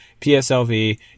PSLV